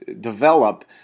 develop